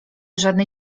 żadnej